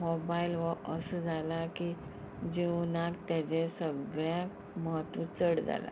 mobile हो असो जाला की जिवनाक तेजें सगळ्याक महत्व चड जालां